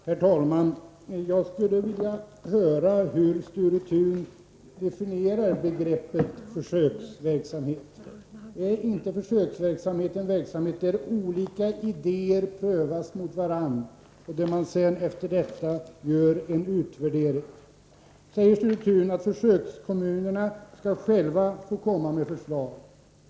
Herr talman! Jag skulle vilja höra hur Sture Thun definierar begreppet försöksverksamhet. Är inte försöksverksamhet en verksamhet där olika idéer prövas mot varandra och där man sedan gör en utvärdering? Sture Thun säger att försökskommunerna själva skall få komma med förslag.